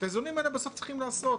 את האיזונים האלה בסוף צריכים לעשות.